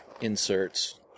inserts